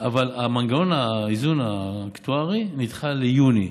אבל מנגנון האיזון האקטוארי נדחה ליוני,